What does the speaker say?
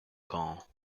ans